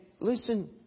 listen